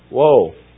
Whoa